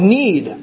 need